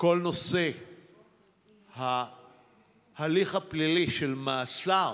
כל נושא ההליך הפלילי של מאסר,